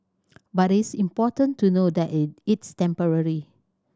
but it's important to know that it's temporary